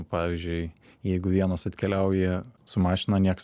pavyzdžiui jeigu vienas atkeliauji su mašina nieks